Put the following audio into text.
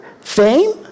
fame